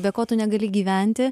be ko tu negali gyventi